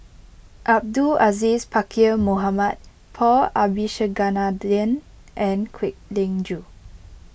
Abdul Aziz Pakkeer Mohamed Paul Abisheganaden and Kwek Leng Joo